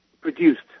produced